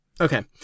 Okay